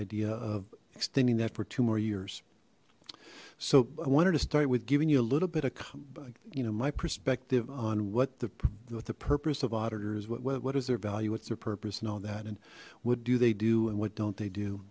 idea of extending that for two more years so i wanted to start with giving you a little bit of you know my perspective on what the what the purpose of auditors what what is their value what's their purpose and all that and what do they do and what don't they do